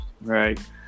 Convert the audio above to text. right